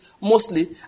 mostly